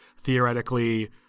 theoretically